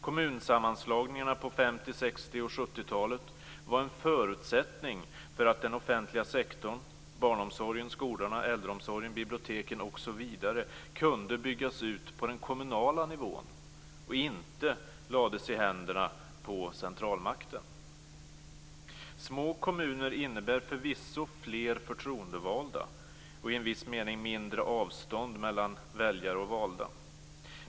Kommunsammanslagningarna på 50-, 60 och 70-talet var en förutsättning för att den offentliga sektorn - barnomsorgen, skolorna, äldreomsorgen, biblioteken osv. - kunde byggas ut på den kommunala nivån och inte lades i händerna på centralmakten. Små kommuner innebär förvisso fler förtroendevalda och i en viss mening kortare avstånd mellan väljare och valda.